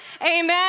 amen